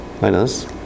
minus